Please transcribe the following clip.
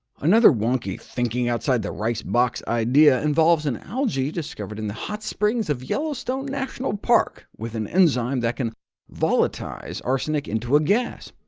another wonky, thinking outside the ricebox idea involves an algae discovered in the hot springs of yellowstone national park with an enzyme that can volatize arsenic into a gas.